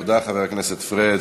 תודה, חבר הכנסת פריג'.